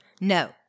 No